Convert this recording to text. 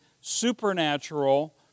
supernatural